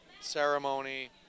ceremony